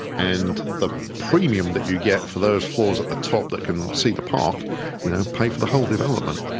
and the premium that you get for those floors at the top that can see the park you know pay for the whole development.